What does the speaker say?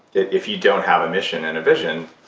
if you don't have a mission and a vision